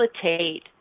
facilitate